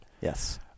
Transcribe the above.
Yes